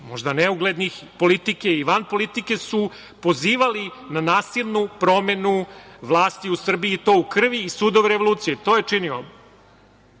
možda neuglednih politike i van politike su pozivali na nasilnu promenu vlasti u Srbiji i to u krvi i sudorevolucija. To je činio